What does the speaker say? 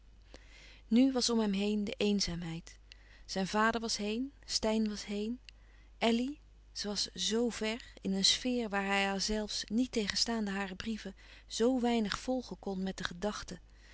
nu was om hem heen de eenzaamheid zijn vader was heen steyn was heen elly ze was z ver in een sfeer waar hij haar zelfs niettegenstaande hare brieven zo weinig volgen kon met de gedachte